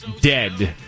dead